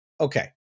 Okay